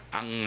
ang